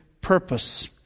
purpose